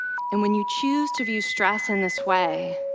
and when you choose to view stress in this way,